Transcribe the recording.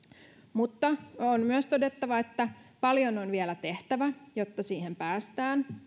mutta on myös todettava että paljon on vielä tehtävä jotta siihen päästään